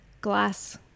glass